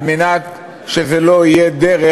על מנת שזה לא יהיה דרך,